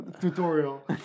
tutorial